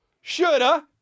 Shoulda